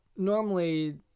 Normally